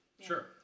Sure